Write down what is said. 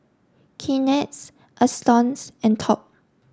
Kleenex Astons and Top